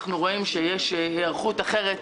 אנחנו רואים שיש היערכות אחרת,